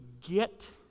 get